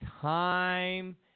Time